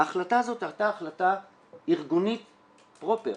ההחלטה הזאת הייתה החלטה ארגונית פרופר.